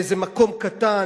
באיזה מקום קטן.